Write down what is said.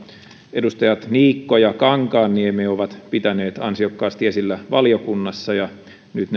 edustajat niikko ja kankaanniemi ovat pitäneet ansiokkaasti esillä valiokunnassa ja jotka nyt